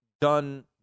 done